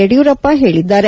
ಯಡಿಯೂರಪ್ಪ ಹೇಳಿದ್ದಾರೆ